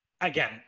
again